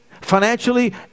financially